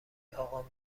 اقا